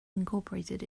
incorporated